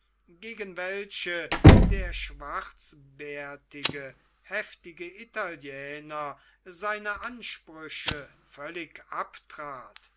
gegen welche der schwarzbärtige heftige italiener seine ansprüche völlig abtrat